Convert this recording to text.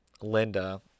Linda